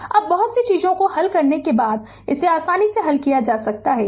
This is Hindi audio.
Refer Slide Time 3541 अब बहुत सी चीजों को हल करने के बाद इसे आसानी से हल कर सकते हैं